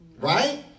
Right